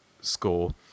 score